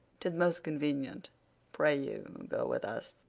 tis most convenient pray you, go with us.